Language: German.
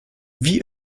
wie